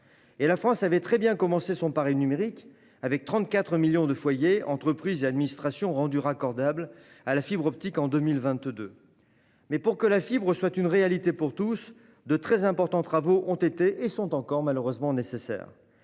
La France avait très bien commencé son pari numérique, puisque 34 millions de foyers, d'entreprises et d'administrations ont été rendus raccordables à la fibre optique en 2022. Mais pour que la fibre soit une réalité pour tous, de très importants travaux ont été et sont encore nécessaires.